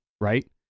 right